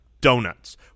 donuts